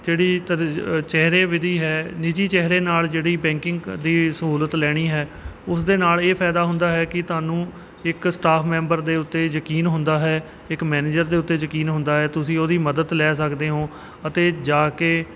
ਜਿਹੜੀ ਤਰਜੀ ਜਿਹੜੀ ਚਿਹਰੇ ਵਿਧੀ ਹੈ ਨਿੱਜੀ ਚਿਹਰੇ ਨਾਲ ਜਿਹੜੀ ਬੈਂਕਿੰਗ ਦੀ ਸਹੂਲਤ ਲੈਣੀ ਹੈ ਉਸ ਦੇ ਨਾਲ ਇਹ ਫਾਇਦਾ ਹੁੰਦਾ ਹੈ ਕਿ ਤੁਹਾਨੂੰ ਇੱਕ ਸਟਾਫ ਮੈਂਬਰ ਦੇ ਉੱਤੇ ਯਕੀਨ ਹੁੰਦਾ ਹੈ ਇੱਕ ਮੈਨੇਜਰ ਦੇ ਉੱਤੇ ਯਕੀਨ ਹੁੰਦਾ ਹੈ ਤੁਸੀਂ ਉਹਦੀ ਮਦਦ ਲੈ ਸਕਦੇ ਹੋ ਅਤੇ ਜਾ ਕੇ